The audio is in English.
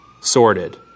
sorted